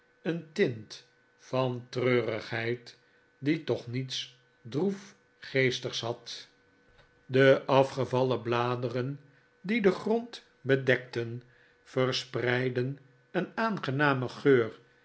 een tint van treurigheid die toch niets droefgeestigs had de afgevallen bladeren die den grbnd bedekten verspreidden een aangenamen geur